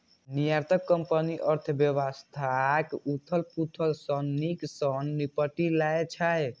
निर्यातक कंपनी अर्थव्यवस्थाक उथल पुथल सं नीक सं निपटि लै छै